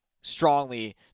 strongly